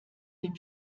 dem